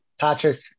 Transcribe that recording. Patrick